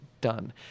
done